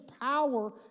power